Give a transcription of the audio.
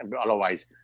Otherwise